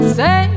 say